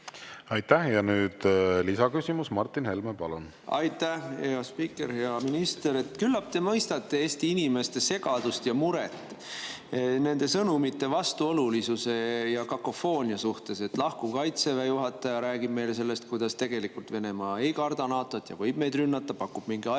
Aitäh! Nüüd lisaküsimus. Martin Helme, palun! Aitäh, hea spiiker! Hea minister! Küllap te mõistate Eesti inimeste segadust ja muret nende sõnumite vastuolulisuse ja kakofoonia pärast. Lahkuv Kaitseväe juhataja räägib meile sellest, kuidas Venemaa tegelikult ei karda NATO‑t ja võib meid rünnata, pakub mingi ajaraami.